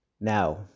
Now